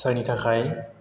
जायनि थाखाय